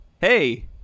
hey